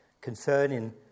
concerning